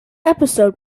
episode